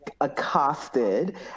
accosted